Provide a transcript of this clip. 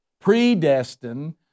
predestined